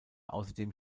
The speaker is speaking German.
außerdem